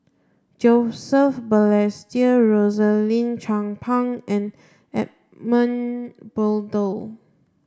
Joseph Balestier Rosaline Chan Pang and Edmund Blundell